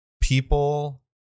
people